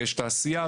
ויש תעשייה,